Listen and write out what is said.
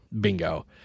bingo